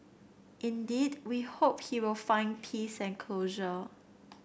indeed we hope he will find peace and closure